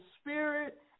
spirit